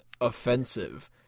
offensive